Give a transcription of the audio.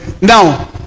now